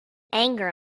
anger